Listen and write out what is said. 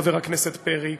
חבר הכנסת פרי,